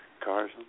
Cars